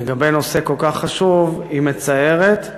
בנושא כל כך חשוב היא מצערת,